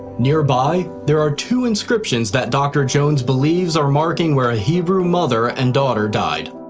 nearby, there are two inscriptions that dr. jones believes are marking where a hebrew mother and daughter died.